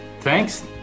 Thanks